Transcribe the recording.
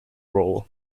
role